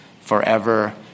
forever